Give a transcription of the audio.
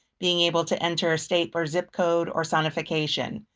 being able to enter a state or zip code or sonification.